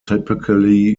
typically